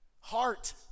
Heart